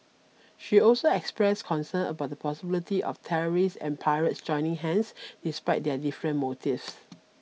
she also expressed concern about the possibility of terrorists and pirates joining hands despite their different motives